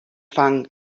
fang